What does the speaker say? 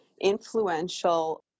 influential